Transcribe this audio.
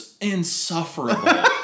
insufferable